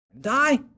Die